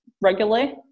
regularly